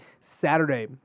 Saturday